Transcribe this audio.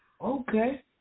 Okay